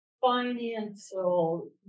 financial